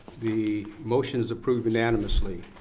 the motion is approved unanimously.